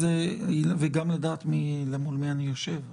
וגם לדעת מול מי אני יושב.